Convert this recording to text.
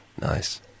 Nice